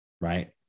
right